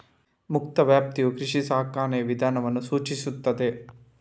ಮುಕ್ತ ವ್ಯಾಪ್ತಿಯು ಕೃಷಿ ಸಾಕಾಣಿಕೆಯ ವಿಧಾನವನ್ನು ಸೂಚಿಸುತ್ತದೆ